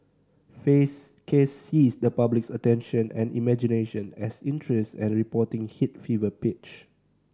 Fay's case seized the public's attention and imagination as interest and reporting hit fever pitch